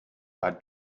are